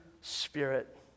Spirit